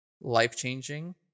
life-changing